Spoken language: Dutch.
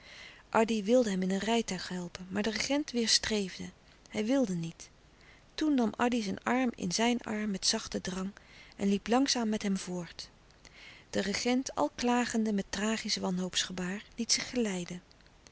addy wilde hem in een rijtuig helpen maar de regent weêrstreefde louis couperus de stille kracht hij wilde niet toen nam addy zijn arm in zijn arm met zachten drang en liep langzaam met hem voort de regent al klagende met tragisch wanhoopsgebaar liet zich geleiden